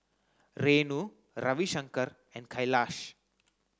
Renu Ravi Shankar and Kailash